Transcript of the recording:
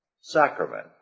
sacrament